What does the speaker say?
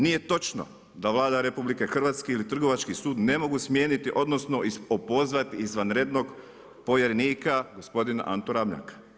Nije točno, da Vlada RH, ili Trgovački sud ne mogu smijeniti, odnosno, opozvati izvanrednog povjerenika, gospodina Antu Ramljaka.